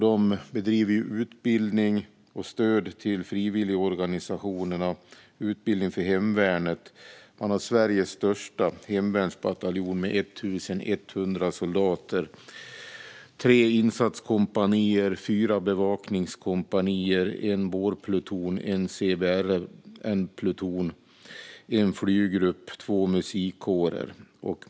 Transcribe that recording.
De bedriver utbildning och stöd till frivilligorganisationerna och utbildning för hemvärnet. Man har Sveriges största hemvärnsbataljon med 1 100 soldater, tre insatskompanier, fyra bevakningskompanier, en båtpluton, en CBRN-pluton, en flyggrupp och två musikkårer.